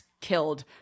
killed